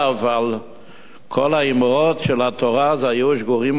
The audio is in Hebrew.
כל האמרות של התורה היו שגורות על פיו.